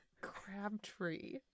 Crabtree